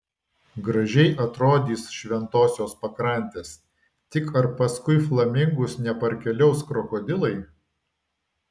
gražiai atrodys šventosios pakrantės tik ar paskui flamingus neparkeliaus krokodilai